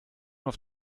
auf